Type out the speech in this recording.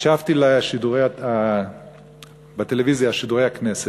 הקשבתי בטלוויזיה לשידורי הכנסת.